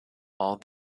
all